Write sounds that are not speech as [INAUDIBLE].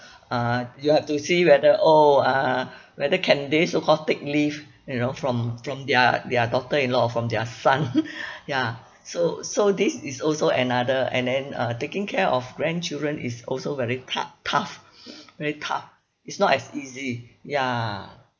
[BREATH] uh you have to see whether oh uh [BREATH] whether can they so-called take leave you know from from their their daughter-in-law or from their son [LAUGHS] ya so so this is also another and then uh taking care of grandchildren is also very tou~ tough [BREATH] very tough it's not as easy ya